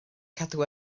cadw